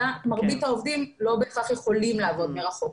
אלא מרבית העובדים לא בהכרח יכולים לעבוד מרחוק.